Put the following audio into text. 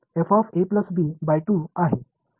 எனவே அந்த எனது நீள அகலம்